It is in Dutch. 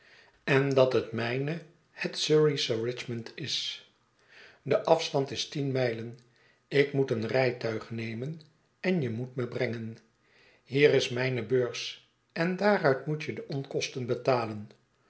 en dat het mijne het surreysche richmond is de afstand is tien mijlen ik moet een rijtuig nemen en je moet me brengen hier is mijne beurs en daaruit moet je de onkosten betalen